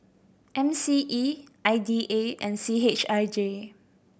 M C E I D A and C H I J